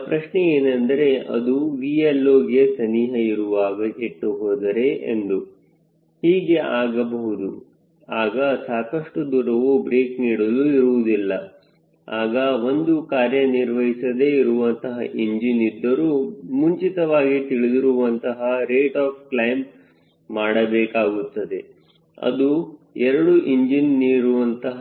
ಈಗ ಪ್ರಶ್ನೆ ಏನೆಂದರೆ ಅದು 𝑉LOಗೆ ಸನಿಹ ಇರುವಾಗ ಕೆಟ್ಟುಹೋದರೆ ಎಂದು ಹೀಗೆ ಆಗಬಹುದು ಆಗ ಸಾಕಷ್ಟು ದೂರವು ಬ್ರೇಕ್ ನೀಡಲು ಇರುವುದಿಲ್ಲ ಆಗ ಒಂದು ಕಾರ್ಯನಿರ್ವಹಿಸದೆ ಇರುವಂತಹ ಇಂಜಿನ್ ಇದ್ದರು ಮುಂಚಿತವಾಗಿ ತಿಳಿದಿರುವಂತಹ ರೇಟ್ ಆಫ್ ಕ್ಲೈಮ್ ಮಾಡಬೇಕಾಗುತ್ತದೆ ಅದು 2 ಇಂಜಿನ್ ನೀಡುವಂತಹ